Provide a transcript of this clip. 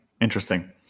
Interesting